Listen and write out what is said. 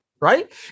right